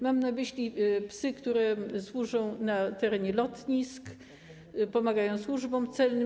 Mam na myśli psy, które służą na terenie lotnisk, pomagają służbom celnym.